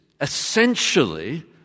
Essentially